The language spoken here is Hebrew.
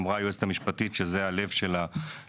היועצת המשפטית אמרה שזה לב הרפורמה.